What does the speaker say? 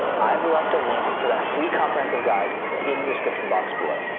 i've left a link for that free comprehensive guide in the description box below.